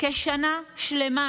ואני אחדש לכם: